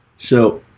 so